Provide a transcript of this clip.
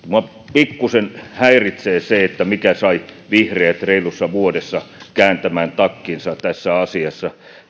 pikkuisen häiritsee se mikä sai vihreät reilussa vuodessa kääntämään takkinsa tässä asiassa